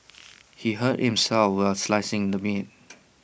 he hurt himself while slicing the meat